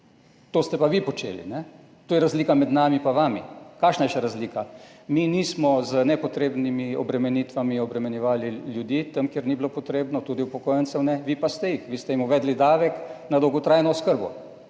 To ste pa vi počeli. To je razlika med nami pa vami. Kakšna je še razlika? Mi nismo z nepotrebnimi obremenitvami obremenjevali ljudi tam, kjer ni bilo potrebno, tudi upokojencev ne, vi pa ste jih. Vi ste jim uvedli davek na dolgotrajno oskrbo.